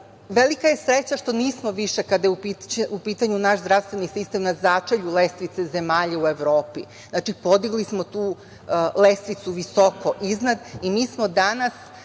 Velika je sreća što nismo više, kada je u pitanju naš zdravstveni sistem, na začelju lestvice zemalja u Evropi. Znači, podigli smo tu lestvicu visoko iznad i mi smo danas